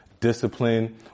discipline